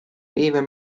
even